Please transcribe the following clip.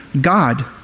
God